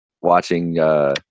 watching –